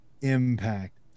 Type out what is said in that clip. impact